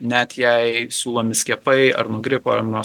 net jei siūlomi skiepai ar nuo gripo ar nuo